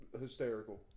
hysterical